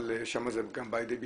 שם זה גם בא לידי ביטוי,